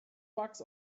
bucks